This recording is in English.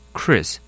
Chris